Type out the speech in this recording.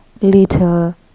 little